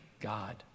God